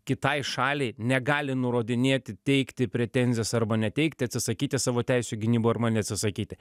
kitai šaliai negali nurodinėti teikti pretenzijas arba neteikti atsisakyti savo teisių gynimo neatsisakyti